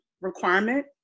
requirement